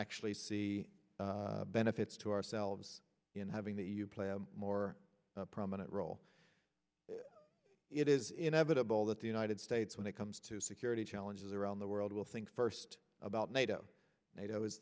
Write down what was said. actually see benefits to ourselves in having that you play a more prominent role it is inevitable that the united states when it comes to security challenges around the world will think first about nato nato